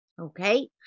okay